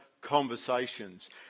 conversations